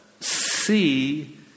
see